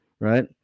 Right